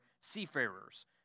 seafarers